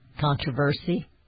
controversy